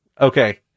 Okay